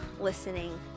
listening